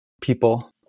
people